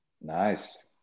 Nice